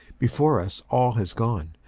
before us all has gone,